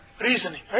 reasoning